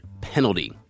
penalty